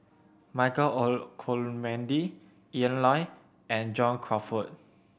Michael Olcomendy Ian Loy and John Crawfurd